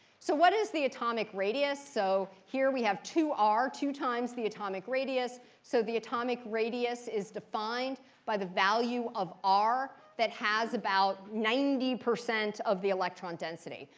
so what is the atomic radius? so here we have two r, two times the atomic radius. so the atomic radius is defined by the value of r that has about ninety percent of the electron density.